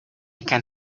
can